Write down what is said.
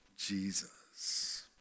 Jesus